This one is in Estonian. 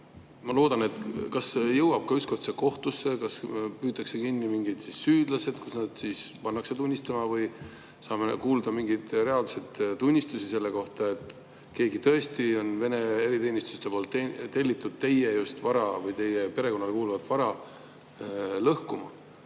ma loodan, et see asi kas jõuab ükskord kohtusse, püütakse kinni mingid süüdlased, kes pannakse tunnistama, või saame kuulda mingeid reaalsed tunnistusi selle kohta, et keegi tõesti on Vene eriteenistuse poolt tellitud just teie vara või teie perekonnale kuuluvat vara lõhkuma